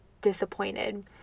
disappointed